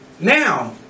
Now